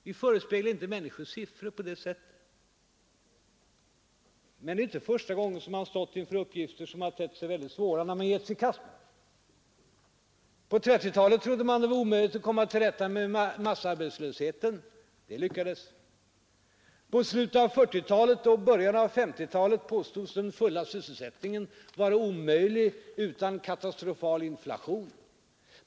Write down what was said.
Vi förespeglar inte människorna några sådana siffror, men det är inte första gången man har stått inför uppgifter som har tett sig väldigt svåra när man har gett sig i kast med dem. På 1930-talet trodde man att det var omöjligt att komma till rätta med massarbetslösheten. Det lyckades. I slutet av 1940-talet och början av 1950-talet påstods den fulla sysselsättningen vara omöjlig utan katastrofal inflation.